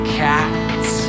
cats